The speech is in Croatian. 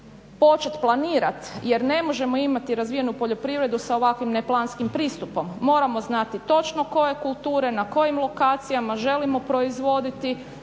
početi planirati jer ne možemo imati razvijenu poljoprivredu sa ovakvim neplanskim pristupom. Moramo znati točno koje kulture na kojim lokacijama želimo proizvoditi